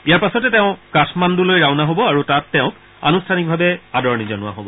ইয়াৰ পাছতে তেওঁ কাঠমাণ্ডৱলৈ ৰাওনা হব আৰু তাত তেওঁক আনুষ্ঠানিকভাৱে আদৰণি জনোৱা হ'ব